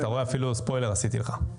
אתה רואה, אפילו ספוילר עשיתי לך.